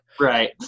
right